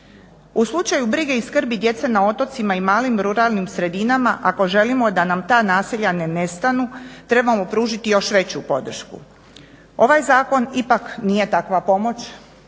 U slučaju brige i skrbi djece na otocima i malim ruralnim sredinama ako želimo da nam ta naselja ne nestanu trebamo pružiti još veću podršku. Ovaj zakon nije takva pomoć